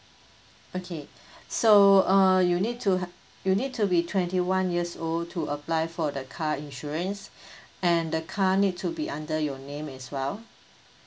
okay so uh you need to have you need to be twenty one years old to apply for the car insurance and the car need to be under your name as well